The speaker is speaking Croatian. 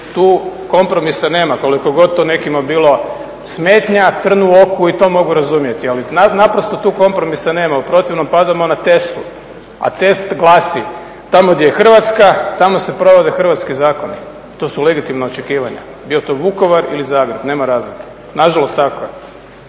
Tu kompromisa nema, koliko god to nekima bilo smetnja, trn u oku i to mogu razumjeti, ali naprosto tu kompromisa nema, u protivnom padamo na testu, a test glasi – tamo gdje je Hrvatska, tamo se provode hrvatski zakoni. To su legitimna očekivanja, bio to Vukovar ili Zagreb, nema razlike. Nažalost, tako je.